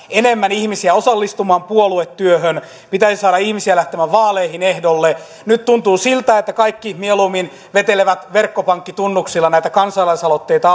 enemmän ihmisiä osallistumaan puoluetyöhön pitäisi saada ihmisiä lähtemään vaaleihin ehdolle nyt tuntuu siltä että kaikki mieluummin vetelevät verkkopankkitunnuksilla näitä kansalaisaloitteita